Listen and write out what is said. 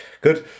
Good